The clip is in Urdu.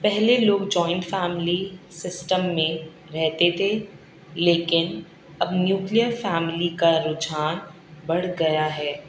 پہلے لوگ جوائنٹ فیملی سسٹم میں رہتے تھے لیکن اب نوکلیر فیملی کا رجحان بڑھ گیا ہے